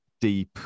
deep